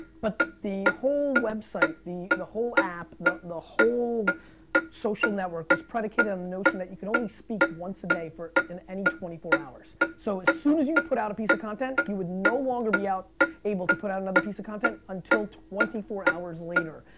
but the whole website, the the whole app, the the whole social network was predicated on the notion that you can only speak once a day in any twenty four hours. so as soon as you put out a piece of content, you would no longer be able to put out another piece of content until twenty four hours later,